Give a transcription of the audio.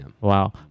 Wow